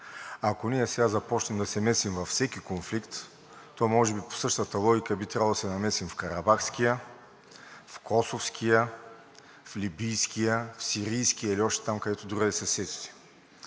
Ако ние сега започнем да се месим във всеки конфликт, то може би по същата логика би трябвало да се намесим в карабахския, в косовския, в либийския, в сирийския или още там, където другаде се сетите.